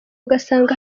ugasanga